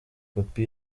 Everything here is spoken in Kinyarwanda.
pappy